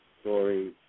story